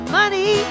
money